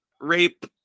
rape